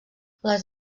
les